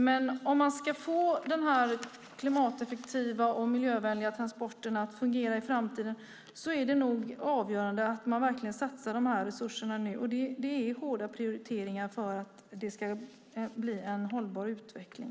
Men om man ska få den här klimateffektiva och miljövänliga transporten att fungera i framtiden är det nog avgörande att man verkligen satsar de här resurserna nu, och det är hårda prioriteringar för att det ska bli en hållbar utveckling.